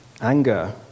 anger